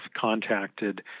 contacted